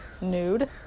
nude